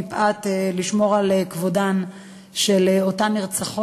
מפאת הצורך לשמור על כבודן של אותן נרצחות,